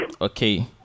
okay